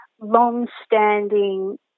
long-standing